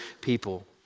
people